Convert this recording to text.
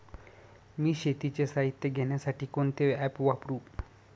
मी शेतीचे साहित्य घेण्यासाठी कोणते ॲप वापरु?